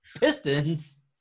Pistons